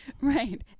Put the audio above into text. Right